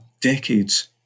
decades